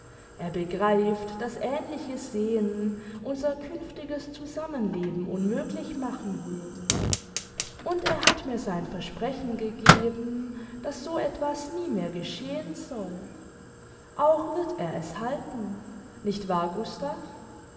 er begreift daß ähnliche scenen unser künftiges zusammenleben unmöglich machen würden und er hat mir sein versprechen gegeben daß so etwas nie mehr geschehen soll auch wird er es halten nicht wahr gustav